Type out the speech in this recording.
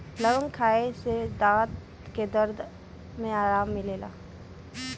लवंग खाए से दांत के दरद में आराम मिलेला